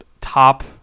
top